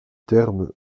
terme